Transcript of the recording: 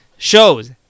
shows